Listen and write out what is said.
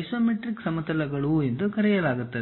isometric ಸಮತಲಗಳು ಎಂದು ಕರೆಯಲಾಗುತ್ತದೆ